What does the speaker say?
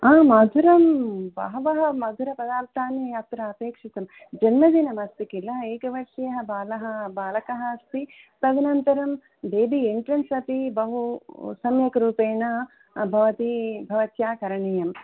आं मधुरं बहवः मधुरपदार्तानि अत्र अपेक्षितं जन्मदिनम् अस्ति किल एक वयस्यः बालः बालकः अस्ति तदनन्तरम् यदि एन्ट्रन्स् अपि बहु सम्यक्रूपेण भवती भवत्या करणीयम्